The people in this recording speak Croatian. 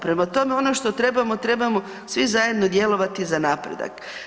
Prema tome, ono što trebamo trebamo svi zajedno djelovati za napredak.